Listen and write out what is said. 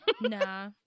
nah